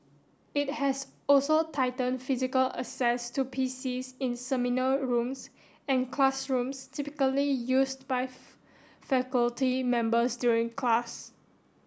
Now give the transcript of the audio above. it has also tightened physical access to PCs in seminar rooms and classrooms typically used by faculty members during class